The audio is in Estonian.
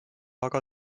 aga